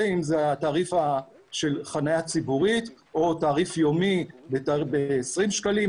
אם זה התעריף של חניה ציבורית או תעריף יומי ב-20 שקלים,